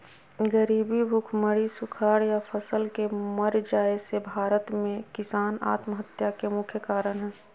गरीबी, भुखमरी, सुखाड़ या फसल के मर जाय से भारत में किसान आत्महत्या के मुख्य कारण हय